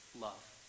love